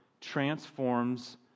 transforms